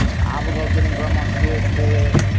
i would go get in grandma shug's bed,